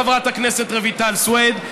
חברת הכנסת רויטל סויד.